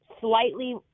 slightly